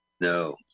No